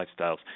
lifestyles